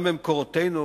גם במקורותינו,